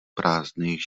prázdných